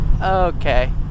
Okay